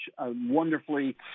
wonderfully